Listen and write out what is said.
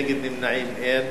נגד ונמנעים, אין.